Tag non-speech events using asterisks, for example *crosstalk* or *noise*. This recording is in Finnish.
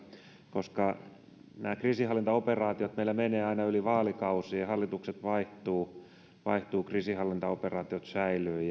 koska kriisinhallintaoperaatiot meillä menevät aina yli vaalikausien hallitukset vaihtuvat vaihtuvat kriisinhallintaoperaatiot säilyvät *unintelligible*